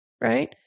right